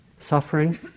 suffering